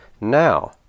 now